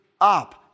up